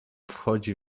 wchodzi